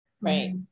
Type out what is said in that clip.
Right